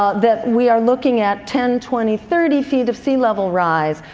ah that we are looking at ten, twenty, thirty feet of sea level rise,